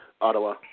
Ottawa